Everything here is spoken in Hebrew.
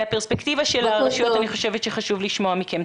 מהפרספקטיבה של הרשויות אני חושבת שחשוב לשמוע מכם.